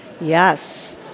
Yes